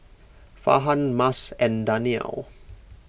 Farhan Mas and Danial